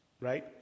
right